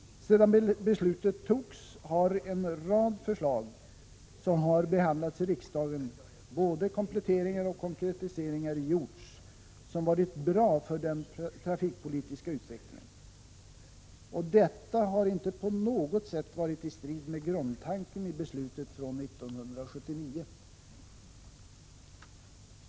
Sedan beslutet togs har genom en rad förslag, som har behandlats i riksdagen, både kompletteringar och konkretiseringar gjorts som varit bra för den trafikpolitiska utvecklingen, och detta har inte på något sätt varit i strid med grundtanken i beslutet från 1979.